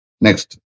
Next